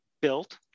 built